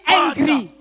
angry